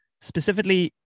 Specifically